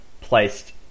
placed